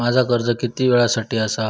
माझा कर्ज किती वेळासाठी हा?